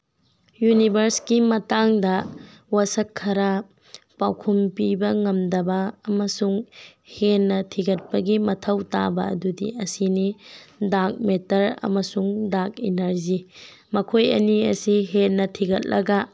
ꯌꯨꯅꯤꯚꯔꯁꯀꯤ ꯃꯇꯥꯡꯗ ꯋꯥꯁꯛ ꯈꯔ ꯄꯥꯎꯈꯨꯝ ꯄꯤꯕ ꯉꯝꯗꯕ ꯑꯃꯁꯨꯡ ꯍꯦꯟꯅ ꯊꯤꯒꯠꯄꯒꯤ ꯃꯊꯧ ꯇꯥꯕ ꯑꯗꯨꯗꯤ ꯑꯁꯤꯅꯤ ꯗꯥꯛ ꯃꯦꯇꯔ ꯑꯃꯁꯨꯡ ꯗꯥꯛ ꯏꯅꯔꯖꯤ ꯃꯈꯣꯏ ꯑꯅꯤ ꯑꯁꯤ ꯍꯦꯟꯅ ꯊꯤꯒꯠꯂꯒ